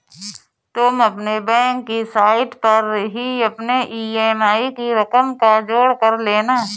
तुम अपने बैंक की साइट पर ही अपने ई.एम.आई की रकम का जोड़ कर लेना